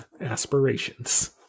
Aspirations